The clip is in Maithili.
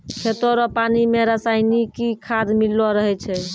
खेतो रो पानी मे रसायनिकी खाद मिल्लो रहै छै